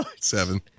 Seven